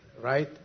right